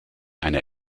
eine